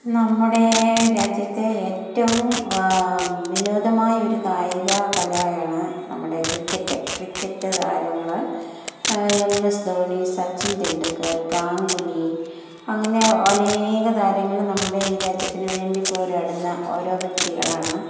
നമ്മുടെ രാജ്യത്തെ ഏറ്റവും വിനോദമായ ഒരു കായിക കലയാണ് നമ്മുടെ ക്രിക്കറ്റ് ക്രിക്കറ്റ് താരങ്ങൾ എം എസ് ധോണി സച്ചിൻ തിണ്ടുക്കർ ഗാങ്കുലി അങ്ങനെ അനേക താരങ്ങൾ നമ്മുടെ ഈ രാജ്യത്തിന് വേണ്ടി പോരാടുന്ന ഓരോ വ്യക്തികളാണ്